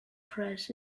press